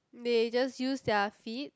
they just use their feet